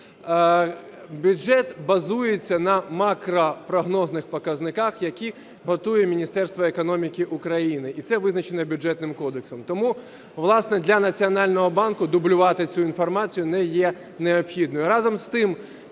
Бюджет базується на макропрогнозних показниках, які готує Міністерство економіки України, і це визначено Бюджетним кодексом. Тому, власне, для Національного банку дублювати цю інформацію не є необхідним.